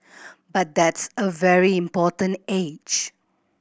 but that's a very important age